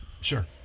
sure